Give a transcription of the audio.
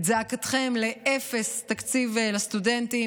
את זעקתכם על אפס תקציב לסטודנטים.